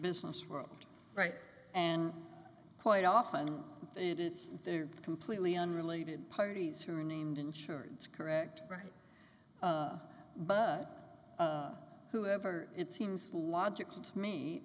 business world right and quite often it is they're completely unrelated parties who are named insurance correct right but whoever it seems logical